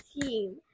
team